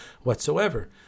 whatsoever